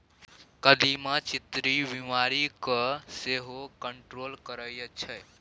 कदीमा चीन्नी बीमारी केँ सेहो कंट्रोल करय छै